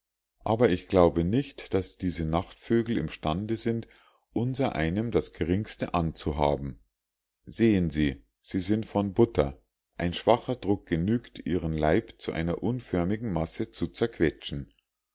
aber ich glaube nicht daß diese nachtvögel imstande sind unsereinem das geringste anzuhaben sehen sie sie sind von butter ein schwacher druck genügt ihren leib zu einer unförmlichen masse zu zerquetschen